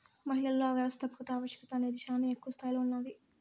మహిళలలో వ్యవస్థాపకత ఆవశ్యకత అనేది శానా ఎక్కువ స్తాయిలో ఉన్నాది